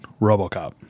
RoboCop